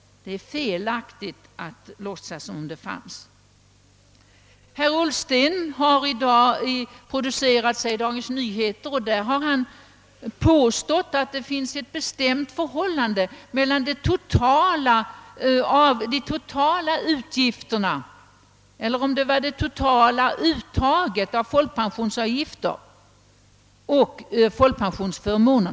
Det är felaktigt att låtsas som om det funnes. Herr Ullsten har i dag producerat sig i Dagens Nyheter. Han har där påstått att det finns ett bestämt förhållande mellan det totala uttaget av folkpensionsavgifter och folkpensionsförmåner.